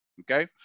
okay